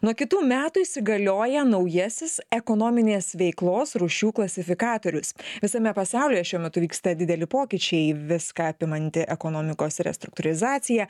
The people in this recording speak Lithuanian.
nuo kitų metų įsigalioja naujasis ekonominės veiklos rūšių klasifikatorius visame pasaulyje šiuo metu vyksta dideli pokyčiai viską apimanti ekonomikos restruktūrizacija